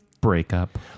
breakup